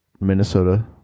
Minnesota